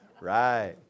Right